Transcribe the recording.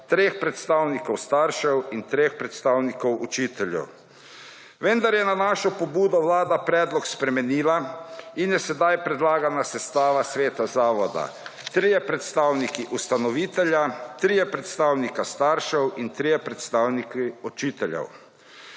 3 predstavnikov staršev in 3 predstavnikov učiteljev, vendar je na našo pobudo vlada predlog spremenila in je sedaj predlagana sestava sveta zavoda 3 predstavniki ustanovitelja, 3 predstavniki staršev in 3 predstavniki učiteljev.